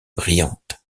brillante